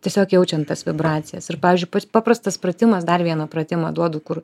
tiesiog jaučiam tas vibracijas ir pavyzdžiui paprastas pratimas dar vieną pratimą duodu kur